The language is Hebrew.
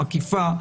מקיפה,